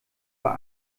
war